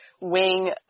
wing